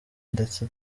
ndetse